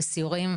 לסיורים,